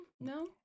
no